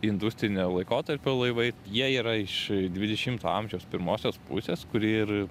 industrinio laikotarpio laivai jie yra iš dvidešimto amžiaus pirmosios pusės kuri ir